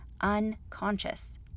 unconscious